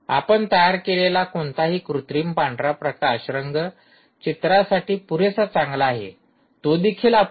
आपण तयार केलेला कोणताही कृत्रिम पांढरा प्रकाश रंग चित्रांसाठी पुरेसा चांगला आहे तो देखील अपुरा आहे